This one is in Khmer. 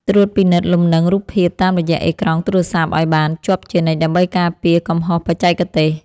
ត្រួតពិនិត្យលំនឹងរូបភាពតាមរយៈអេក្រង់ទូរស័ព្ទឱ្យបានជាប់ជានិច្ចដើម្បីការពារកំហុសបច្ចេកទេស។